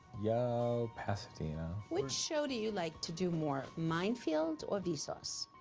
yeah yo, pasadena. which show do you like to do more, mind field or vsauce?